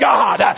God